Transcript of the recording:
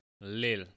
Lil